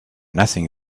nothing